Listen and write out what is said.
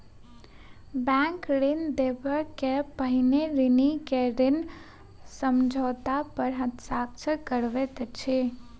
bank ऋण देबअ के पहिने ऋणी के ऋण समझौता पर हस्ताक्षर करबैत अछि